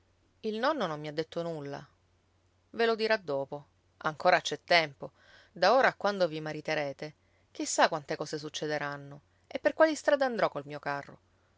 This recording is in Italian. il nonno non mi ha detto nulla ve lo dirà dopo ancora c'è tempo da ora a quando vi mariterete chissà quante cose succederanno e per quali strade andrò col mio carro